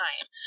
time